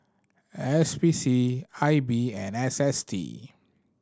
S P C I B and S S T